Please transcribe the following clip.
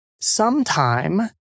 sometime